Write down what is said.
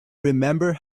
remember